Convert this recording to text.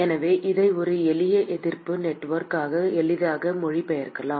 எனவே இதை ஒரு எளிய எதிர்ப்பு நெட்வொர்க்காக எளிதாக மொழிபெயர்க்கலாம்